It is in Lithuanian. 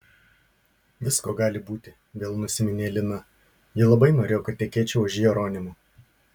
visko gali būti vėl nusiminė lina ji labai norėjo kad tekėčiau už jeronimo